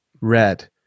Red